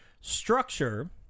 Structure